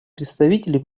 представителей